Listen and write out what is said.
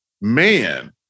man